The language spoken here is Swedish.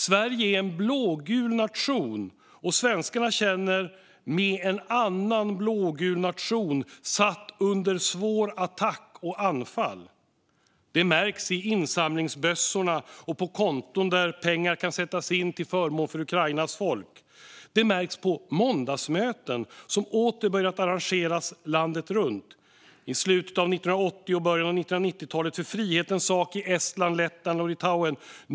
Sverige är en blågul nation, och svenskarna känner med en annan blågul nation som är satt under attack och anfall. Det märks i insamlingsbössorna och på konton där pengar kan sättas in till förmån för Ukrainas folk. Det märks på att måndagsmöten åter har börjat arrangeras landet runt. I slutet av 1980 och början av 1990-talet hölls sådana möten för frihetens sak i Estland, Lettland och Litauen.